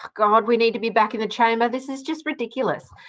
god, we need to be back in the chamber. this is just ridiculous.